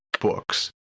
books